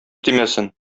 тимәсен